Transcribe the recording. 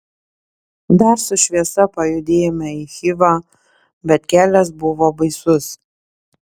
dar su šviesa pajudėjome į chivą bet kelias buvo baisus